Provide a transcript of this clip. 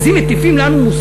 אז אם מטיפים לנו מוסר,